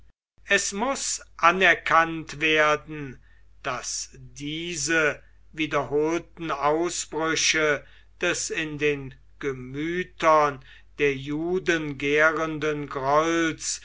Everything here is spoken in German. es muß anerkannt werden daß diese wiederholten ausbrüche des in den gemütern der juden gärenden grolls